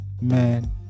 Man